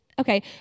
Okay